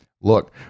look